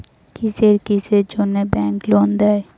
কিসের কিসের জন্যে ব্যাংক লোন দেয়?